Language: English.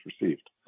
received